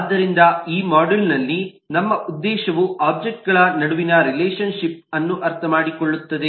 ಆದ್ದರಿಂದ ಈ ಮಾಡ್ಯೂಲ್ನಲ್ಲಿ ನಮ್ಮ ಉದ್ದೇಶವು ಒಬ್ಜೆಕ್ಟ್ ಗಳ ನಡುವಿನ ರಿಲೇಶನ್ ಶಿಪ್ ಅನ್ನು ಅರ್ಥಮಾಡಿಕೊಳ್ಳುತ್ತದೆ